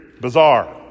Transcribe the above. bizarre